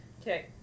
Okay